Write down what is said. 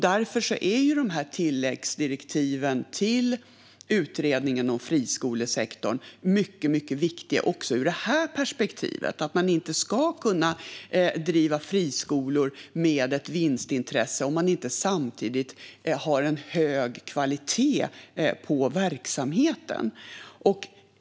Därför är tilläggsdirektiven till utredningen om friskolesektorn mycket viktig också ur det här perspektivet. Man ska inte kunna driva friskolor med ett vinstintresse om man inte samtidigt har en hög kvalitet på verksamheten.